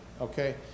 okay